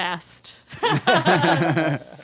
fast